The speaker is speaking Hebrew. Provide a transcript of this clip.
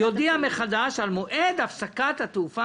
"יודיע מחדש על מועד הפסקת התעופה